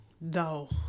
No